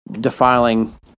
defiling